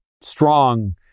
strong